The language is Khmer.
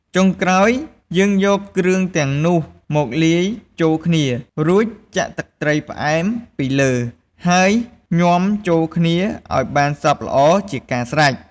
ចុងក្រោយ យើងយកគ្រឿងទាំងនោះមកលាយចូលគ្នា រួចចាក់ទឹកត្រីផ្អែមពីលើ ហើយញាំចូលគ្នាឱ្យបានសព្វល្អជាការស្រេច។